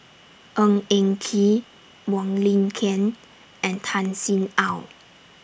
Ng Eng Kee Wong Lin Ken and Tan Sin Aun